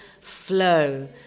flow